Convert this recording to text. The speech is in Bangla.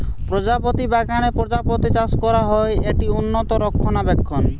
প্রজাপতি বাগানে প্রজাপতি চাষ করা হয়, এটি উন্নত রক্ষণাবেক্ষণ